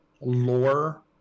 lore